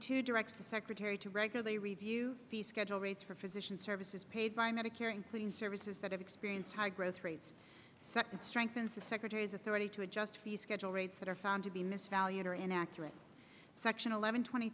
two directs the secretary to regularly review the schedule rates for physician services paid by medicare including services that have experienced high growth rates and strengthens the secretary's authority to adjust fee schedule rates that are found to be mis valued or inaccurate section eleven twenty